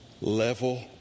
Level